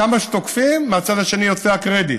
כמה שתוקפים, מהצד השני יוצא הקרדיט.